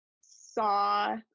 saw